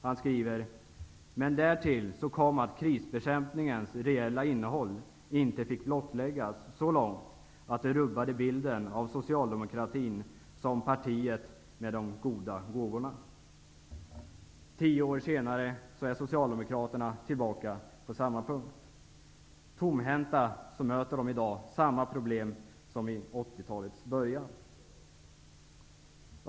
Han skriver: Men därtill kom att krisbekämpningens reella innehåll inte fick blottläggas så långt att det rubbade bilden av socialdemokratin som partiet med de goda gåvorna. Tio år senare är socialdemokraterna tillbaka på samma punkt. Tomhänta möter de i dag samma problem som i 1980-talets början.